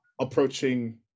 approaching